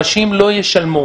אנשים לא ישלמו.